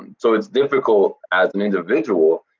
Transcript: and so it's difficult, as an individual,